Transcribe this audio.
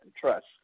Trust